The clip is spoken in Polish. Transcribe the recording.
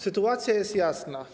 Sytuacja jest jasna.